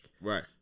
Right